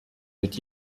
mit